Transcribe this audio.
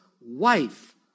wife